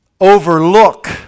overlook